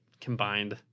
combined